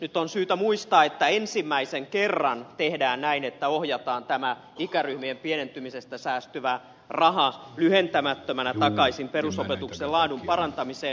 nyt on syytä muistaa että ensimmäisen kerran tehdään näin että ohjataan tämä ikäryhmien pienentymisestä säästyvä raha lyhentämättömänä takaisin perusopetuksen laadun parantamiseen